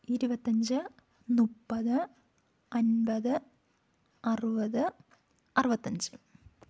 ഇരുപത്തഞ്ച് മുപ്പത് അൻപത് അറുപത് അറുപത്തഞ്ച്